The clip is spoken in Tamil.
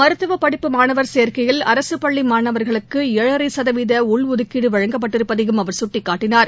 மருத்துவபடிப்பு மாணவர் சேர்க்கையில் அரசுபள்ளிமாணவர்களுக்குஏழரைசதவீதஉள்ஒதுக்கீடுவழங்கப்பட்டிருப்பதையும் அவர் சுட்டிக்காட்டினார்